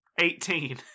Eighteen